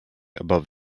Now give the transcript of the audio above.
above